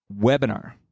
webinar